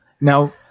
Now